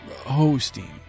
hosting